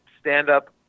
stand-up